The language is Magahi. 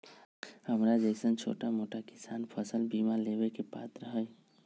हमरा जैईसन छोटा मोटा किसान फसल बीमा लेबे के पात्र हई?